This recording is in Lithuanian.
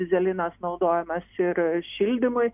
dyzelinas naudojamas ir šildymui